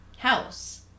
House